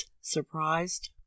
surprised